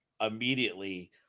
immediately